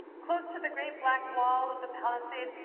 close to the great black wall of the palisade,